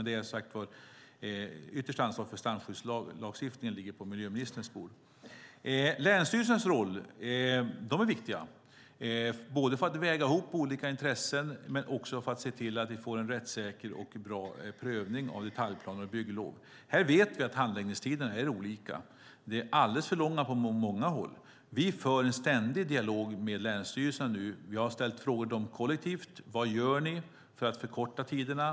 Det yttersta ansvaret för strandskyddslagstiftningen ligger dock på miljöministern. Länsstyrelsernas roll är viktig både för att väga ihop olika intressen och för att se till att vi får en rättssäker och bra prövning av detaljplaner och bygglov. Vi vet att handläggningstiderna är olika. De är alldeles för långa på många håll. Vi för en ständig dialog med länsstyrelserna. Vi har ställt frågor till dem kollektivt: Vad gör ni för att förkorta tiderna?